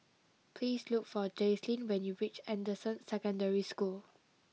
please look for Jaslene when you reach Anderson Secondary School